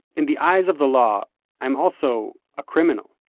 in the eyes of the law i'm also a criminal,